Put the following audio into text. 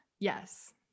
Yes